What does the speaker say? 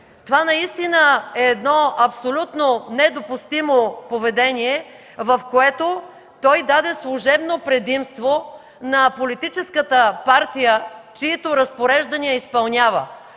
Това наистина е абсолютно недопустимо поведение, в което той даде служебно предимство на политическата партия, чиито разпореждания изпълнява,